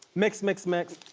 mix, mix, mix.